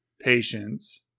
patience